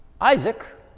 Isaac